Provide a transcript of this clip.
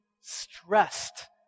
stressed